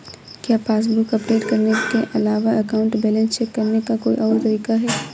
क्या passbook update करने के अलावा अकाउंट बैलेंस चेक करने का कोई और तरीका है?